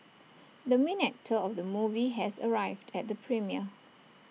the main actor of the movie has arrived at the premiere